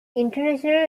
international